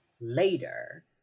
later